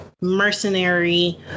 mercenary